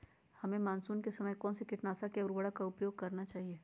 हमें मानसून के समय कौन से किटनाशक या उर्वरक का उपयोग करना चाहिए?